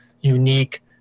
unique